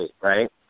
right